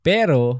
Pero